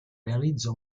realizza